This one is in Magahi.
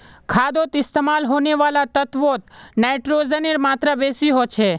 खादोत इस्तेमाल होने वाला तत्वोत नाइट्रोजनेर मात्रा बेसी होचे